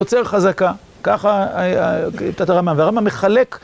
יוצר חזקה, ככה שיטת הרמה, והרמה מחלק.